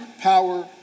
power